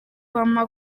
obama